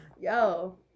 Yo